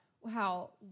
wow